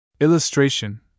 Illustration